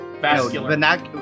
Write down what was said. Vascular